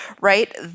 right